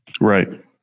right